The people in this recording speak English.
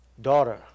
Daughter